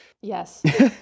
Yes